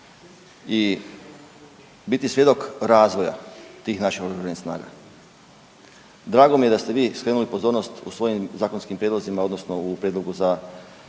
i biti svjedok razvoja tih naših OS-a. Drago mi je da ste vi skrenuli pozornost u svojim zakonskim prijedlozima, odnosno u prijedlogu za